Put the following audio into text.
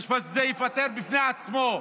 חשבה שזה ייפתר בפני עצמו.